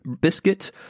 biscuit